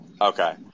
Okay